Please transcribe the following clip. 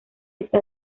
está